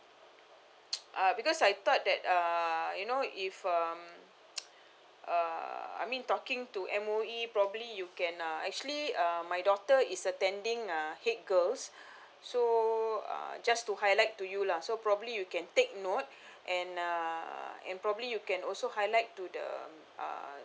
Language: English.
uh because I thought that uh you know if um uh I mean talking to M_O_E probably you can uh actually uh my daughter is attending uh head girls so uh just to highlight to you lah so probably you can take note and uh and probably you can also highlight to the uh